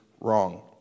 wrong